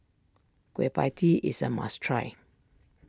Kueh Pie Tee is a must try